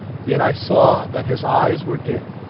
yet i saw that his eyes were dim.